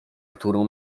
którą